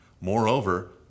Moreover